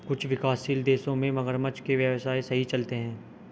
कुछ विकासशील देशों में मगरमच्छ के व्यवसाय सही चलते हैं